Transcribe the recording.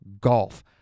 Golf